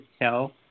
tell